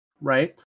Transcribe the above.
right